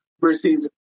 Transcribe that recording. versus